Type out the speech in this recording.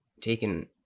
taken